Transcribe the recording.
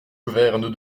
gouverne